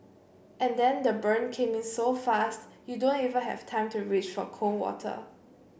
and then the burn came in so fast you don't even have time to reach for cold water